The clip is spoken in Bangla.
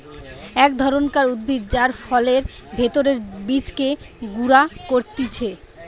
এক ধরণকার উদ্ভিদ যার ফলের ভেতরের বীজকে গুঁড়া করতিছে